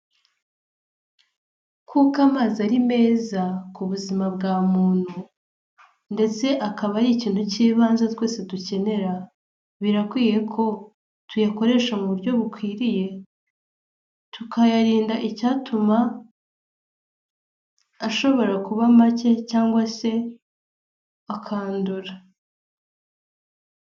Kuko amazi ari meza ku buzima bwa muntu ndetse akaba ari ikintu cy'ibanze twese dukenera birakwiye ko tuyakoresha mu buryo bukwiriye tukayarinda icyatuma ashobora kuba make cyangwa se akandura.